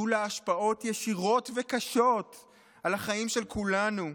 ויהיו לה השפעות ישירות וקשות על החיים של כולנו.